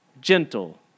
gentle